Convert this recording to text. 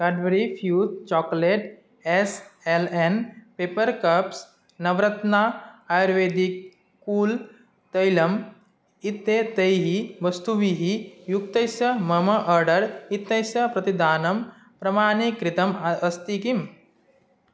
Cadbury fuse chocolate S L N paper cups Navratna ayurvedic cool तैलम् इत्येतैः वस्तुभिः युक्तस्य मम आर्डर् इत्यस्य प्रतिदानं प्रमाणीकृतम् अस्ति किम्